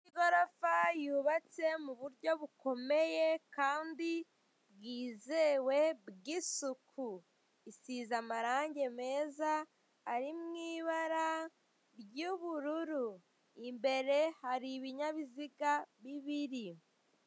Igorofa yubatse mu buryo bukomeye kandi bwizewe, bw'isuku. Isize amarange meza ari mu ibara ry'ubururu. Imbere hari ibinyabiziga bibiri.